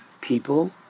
people